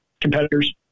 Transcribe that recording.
competitors